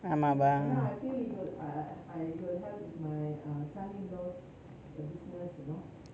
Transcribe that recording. யேன்னா:yennaa